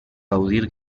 gaudir